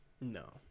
no